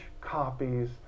copies